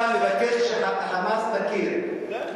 אתה מבקש שה"חמאס" יכיר.